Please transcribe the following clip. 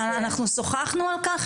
אנחנו שוחחנו על כך,